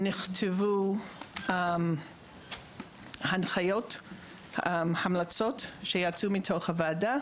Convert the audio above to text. נכתבו הנחיות והמלצות שיצאו מהוועדה,